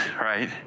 Right